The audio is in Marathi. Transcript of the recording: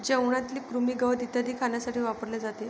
जेवणातील कृमी, गवत इत्यादी खाण्यासाठी वापरले जाते